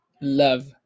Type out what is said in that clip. Love